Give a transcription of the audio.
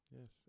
Yes